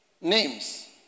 names